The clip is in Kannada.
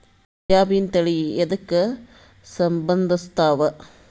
ಸೋಯಾಬಿನ ತಳಿ ಎದಕ ಸಂಭಂದಸತ್ತಾವ?